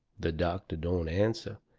the doctor don't answer,